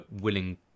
willing